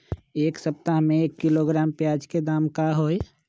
एक सप्ताह में एक किलोग्राम प्याज के दाम का होई?